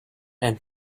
and